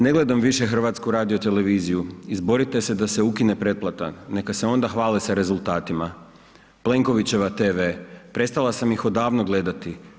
Ne gledam više HRT izborite se da se ukine pretplata, neka se onda hvale sa rezultatima, Plenkovićeva tv, prestala sam ih odavno gledati.